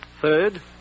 Third